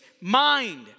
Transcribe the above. mind